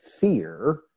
fear